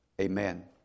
Amen